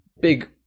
big